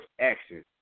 action